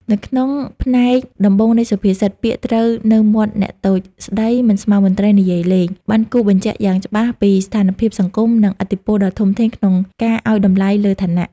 នៅក្នុងផ្នែកដំបូងនៃសុភាសិត "ពាក្យត្រូវនៅមាត់អ្នកតូចស្តី មិនស្មើមន្ត្រីនិយាយលេង" បានគូសបញ្ជាក់យ៉ាងច្បាស់ពីស្ថានភាពសង្គម និងឥទ្ធិពលដ៏ធំធេងក្នុងការអោយតម្លៃលើឋានៈ។